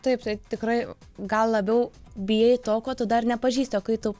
taip taip tikrai gal labiau bijai to ko tu dar nepažįsti o kai tu